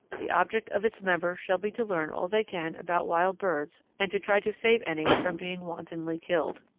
the object of its members shall be to learn all they can about wild birds, and to try to save any from being wantonly killed.